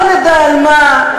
לא נדע על מה,